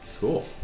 Cool